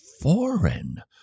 foreign